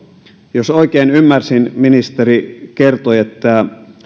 jos oikein ymmärsin ministeri kertoi että